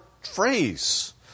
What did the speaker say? phrase